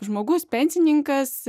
žmogus pensininkas